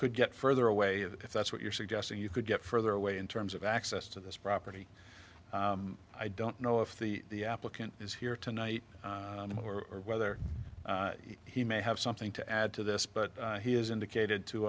could get further away if that's what you're suggesting you could get further away in terms of access to this property i don't know if the applicant is here tonight or whether he may have something to add to this but he has indicated to